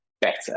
better